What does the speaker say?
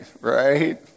Right